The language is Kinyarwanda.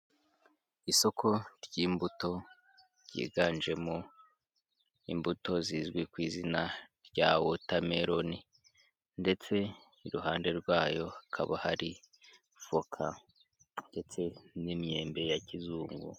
Isoko ry'imbuto ryiganjemo, imbuto zizwi ku izina rya wotameroni, ndetse iruhande rwayo hakaba hari voka ndetse n'imyembe ya kizungu.